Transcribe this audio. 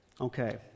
Okay